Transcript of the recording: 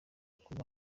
kuba